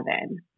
seven